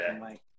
Mike